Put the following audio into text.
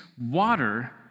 water